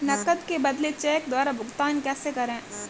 नकद के बदले चेक द्वारा भुगतान कैसे करें?